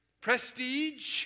Prestige